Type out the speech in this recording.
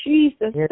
Jesus